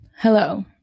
Hello